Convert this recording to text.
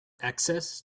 access